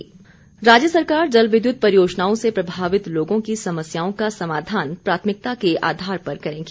अनिल शर्मा राज्य सरकार जल विद्युत परियोजनाओं से प्रभावित लोगों की समस्याओं का समाधान प्राथमिकता के आधार पर करेगी